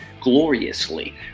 gloriously